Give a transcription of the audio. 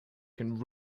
can